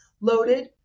loaded